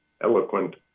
eloquent